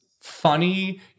funny